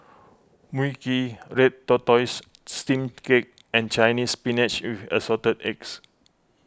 Mui Kee Red Tortoise Steamed Cake and Chinese Spinach with Assorted Eggs